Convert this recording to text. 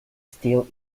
still